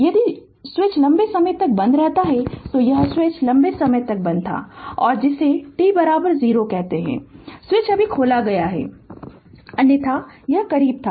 Refer Slide Time 0145 यदि switch लंबे समय तक बंद रहता है तो यह स्विच लंबे समय से बंद था और जिसे t 0 कहते हैं स्विच अभी खोला गया है अन्यथा यह करीब था